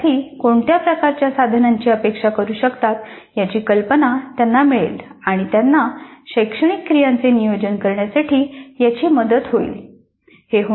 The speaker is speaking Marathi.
विद्यार्थी कोणत्या प्रकारच्या साधनांची अपेक्षा करू शकतात याची कल्पना त्यांना मिळेल आणि त्यांना शैक्षणिक क्रियांचे नियोजन करण्यासाठी याची मदत होईल